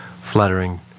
flattering